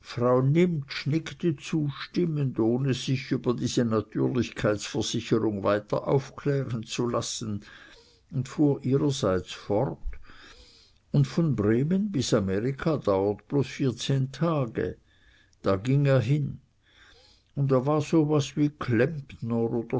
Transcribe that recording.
frau nimptsch nickte zustimmend ohne sich über diese natürlichkeitsversicherung weiter aufklären zu lassen und fuhr ihrerseits fort un von bremen bis amerika dauert bloß vierzehn tage da ging er hin un er war so was wie